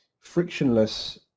frictionless